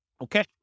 Okay